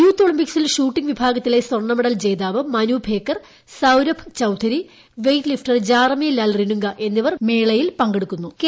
youth ഒളിമ്പിക്സിൽ shooting വിഭാഗത്തിലെ സ്പ്ർണ്ണ്മെഡൽ ജേതാവ് Manu Bhaker Saurabh Chaudhary weight lifter Jeremy Lalrinnunga എന്നിവർ മേളയിൽ പങ്കെടുക്കു്തു്